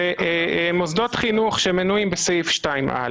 במוסדות חינוך שמנויים בסעיף 2(א)